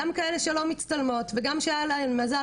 גם כאלה שלא מצטלמות וגם כשהיה להן מזל